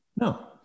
No